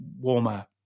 warmer